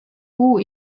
puu